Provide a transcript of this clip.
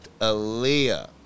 Aaliyah